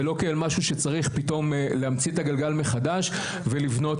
ולא כאל משהו שצריך פתאום להמציא את הגלגל מחדש ולבנות.